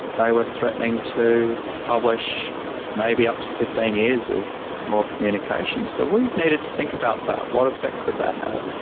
they were threatening to publish maybe up to fifteen years of more communication so we needed to think about that. what effect could that have?